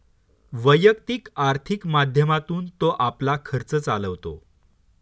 वैयक्तिक आर्थिक माध्यमातून तो आपला खर्च चालवतो